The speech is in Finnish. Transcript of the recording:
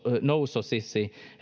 nousisi